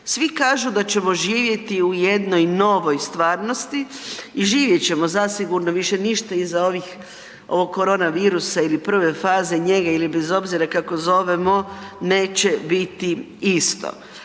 Svi kažu da ćemo živjeti u jednoj novoj stvarnosti i živjet ćemo zasigurno, više ništa iza ovog korona viruse ili prve faze njega ili bez obzira kako zovemo, neće biti isto.